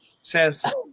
says